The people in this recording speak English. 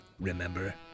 remember